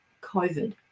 COVID